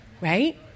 right